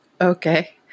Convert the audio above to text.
Okay